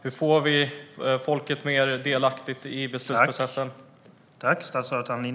Hur får vi folket mer delaktigt i beslutsprocessen?